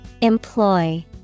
Employ